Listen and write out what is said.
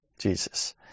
Jesus